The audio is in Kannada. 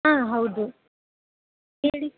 ಹಾಂ ಹೌದು ಹೇಳಿ